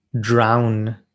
drown